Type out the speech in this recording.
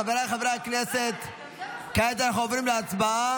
חבריי חברי הכנסת, כעת אנחנו עוברים להצבעה.